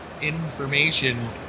information